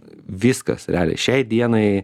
viskas realiai šiai dienai